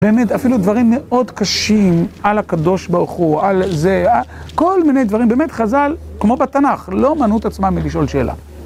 באמת, אפילו דברים מאוד קשים על הקדוש ברוך הוא, על זה, כל מיני דברים, באמת חז"ל, כמו בתנ״ך, לא מנעו את עצמם מלשאול שאלה.